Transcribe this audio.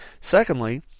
Secondly